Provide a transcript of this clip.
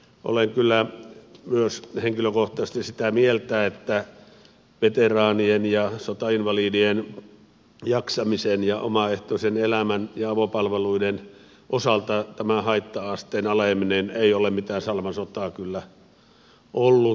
olen kyllä myös henkilökohtaisesti sitä mieltä että veteraanien ja sotainvalidien jaksamisen ja omaehtoisen elämän ja avopalveluiden osalta tämä haitta asteen aleneminen ei ole mitään salamasotaa kyllä ollut